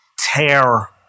tear